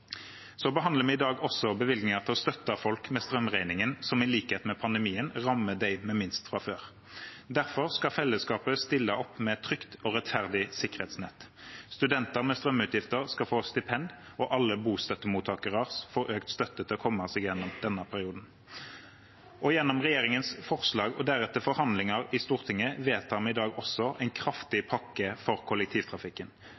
Vi behandler i dag også bevilgninger til å støtte folk med strømregningen, som i likhet med pandemien rammer dem med minst fra før. Derfor skal fellesskapet stille opp med et trygt og rettferdig sikkerhetsnett. Studenter med strømutgifter skal få stipend, og alle bostøttemottakere får økt støtte til å komme seg gjennom denne perioden. Gjennom regjeringens forslag og deretter forhandlinger i Stortinget vedtar vi i dag også en